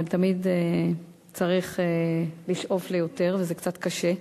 אבל תמיד צריך לשאוף ליותר, וזה קצת קשה.